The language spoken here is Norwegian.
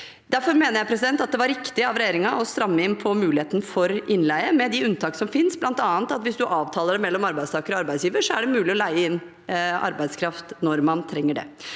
Derfor mener jeg at det var riktig av regjeringen å stramme inn på muligheten for innleie, med de unntak som finnes, bl.a. at hvis man avtaler det mellom arbeidstaker og arbeidsgiver, er det mulig å leie inn arbeidskraft når man trenger det.